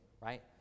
Right